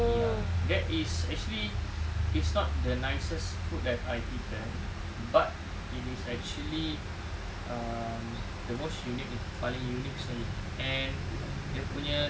ya that is actually it's not the nicest food that I've eaten but it is actually um the most unique lah paling unique sekali and dia punya